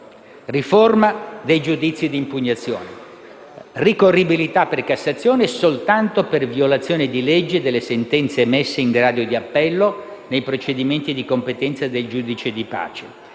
delega il Governo a prevedere la ricorribilità per Cassazione soltanto per violazione di legge delle sentenze emesse in grado di appello nei procedimenti di competenza del giudice di pace;